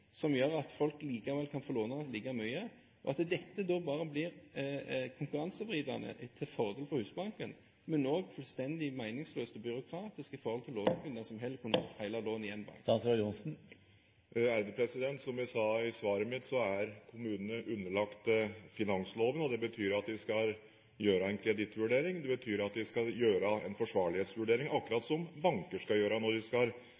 som gjør at folk likevel kan få låne like mye, og at dette bare blir konkurransevridende til fordel for Husbanken, men også fullstendig meningsløst og byråkratisk i forhold til lånekunder som heller kunne fått hele lånet i en bank. Som jeg sa i svaret mitt, er kommunene underlagt finansavtaleloven. Det betyr at de skal gjøre en kredittvurdering, det betyr at de skal gjøre en forsvarlighetsvurdering, akkurat slik som banker skal gjøre når de